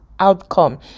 outcome